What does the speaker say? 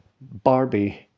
Barbie